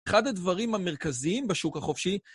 אחד הדברים המרכזיים בשוק החופשי...